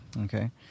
Okay